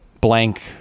blank